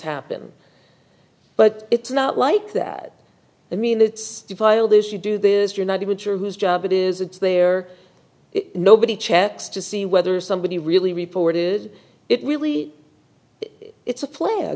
happen but it's not like that i mean it's filed this you do this you're not even sure whose job it is it's there nobody checks to see whether somebody really reported it really it's a pla